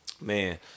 man